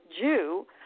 Jew